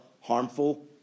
harmful